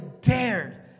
dared